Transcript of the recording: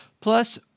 Plus